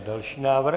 Další návrh.